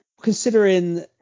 considering